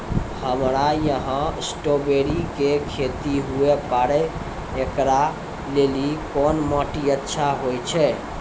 हमरा यहाँ स्ट्राबेरी के खेती हुए पारे, इकरा लेली कोन माटी अच्छा होय छै?